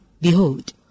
Behold